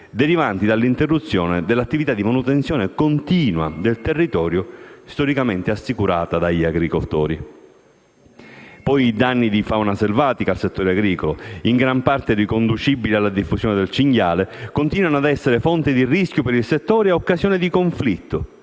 derivanti dall'interruzione delle attività di manutenzione continua del territorio storicamente assicurate dagli agricoltori. I danni da fauna selvatica al settore agricolo, in gran parte riconducibili alla diffusione del cinghiale, continuano ad essere fonte di rischio per il settore e occasione di conflitto